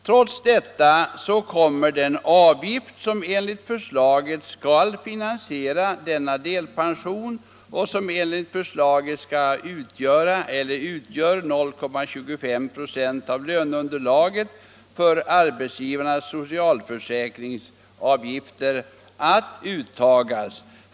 Trots detta kommer man att ta ut den avgift som enligt förslaget skall finansiera denna delpension och som enligt förslaget skall utgöra 0,25 96 av löneunderlaget för arbetsgivarnas socialförsäkringsavgifter.